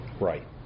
Right